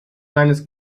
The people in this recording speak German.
seines